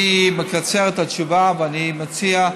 אני מקצר את התשובה, ואני מציע: